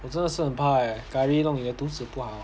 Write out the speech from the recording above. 我真的是很怕 leh curry 弄你的肚子不好